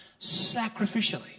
sacrificially